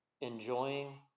enjoying